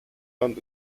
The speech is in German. land